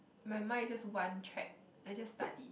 my mind is just one track I just study